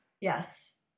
Yes